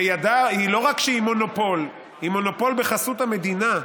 שלא רק שהיא מונופול, היא מונופול בחסות המדינה,